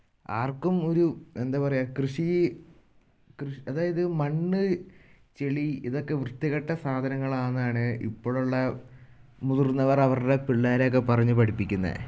ആർക്കും ഒരു എന്താ പറയുക കൃഷി കൃഷ് അതായത് മണ്ണ് ചെളി ഇതൊക്കെ വൃത്തികെട്ട സാധനങ്ങൾ ആണെന്നാണ് ഇപ്പോൾ ഉള്ള മുതിർന്നവർ അവരുടെ പിള്ളേരെ ഒക്കെ പറഞ്ഞ് പഠിപ്പിക്കുന്നത്